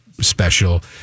special